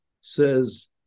says